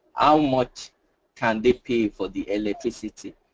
how much can they pay for the electricity?